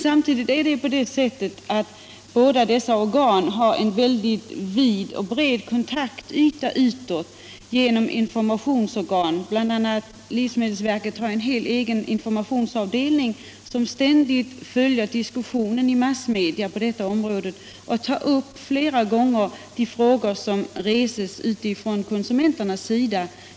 Samtidigt har båda dessa organ en mycket vid kontaktyta utåt genom informationsorgan. Livsmedelsverket har t.ex. en egen informationsavdelning, som ständigt följer diskussionen i massmedia på detta område och ofta uppmärksamma sådana frågor som ställes av konsumenterna.